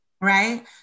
right